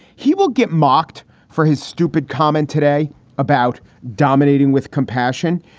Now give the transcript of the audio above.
he will get mocked for his stupid comment today about dominating with compassion.